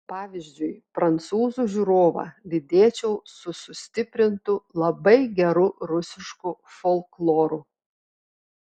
pavyzdžiui prancūzų žiūrovą lydėčiau su sustiprintu labai geru rusišku folkloru